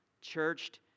churched